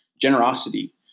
generosity